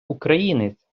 українець